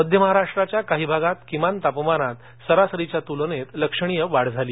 मध्य महाराष्ट्राच्या काही भागात किमान तापमानात सरासरीच्या तुलनेत लक्षणीय वाढ झाली